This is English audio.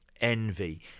Envy